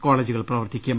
കോളേജുകൾ പ്രവർത്തിക്കും